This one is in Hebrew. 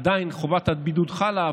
עדיין חובת הבידוד חלה,